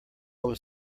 was